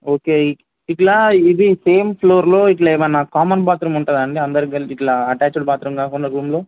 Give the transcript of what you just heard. okay ఇలా ఇది same ఫ్లోర్లో ఇలా ఏమైనా కామన్ బాత్రూమ్ ఉంటుందాండి అందరు ఇలా అటాచెడ్ బాత్రూమ్ కాకుండా రూమ్లో